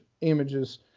images